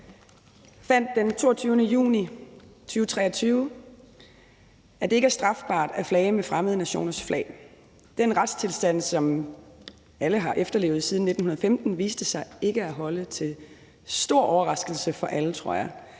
fandt den 22. juni 2023, at det ikke er strafbart at flage med fremmede nationers flag. Den retstilstand, som alle har levet efter siden 1915, viste sig ikke at holde – til stor overraskelse for alle, tror jeg